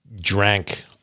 drank